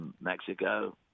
Mexico